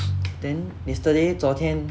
then yesterday 昨天